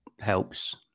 helps